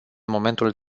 momentul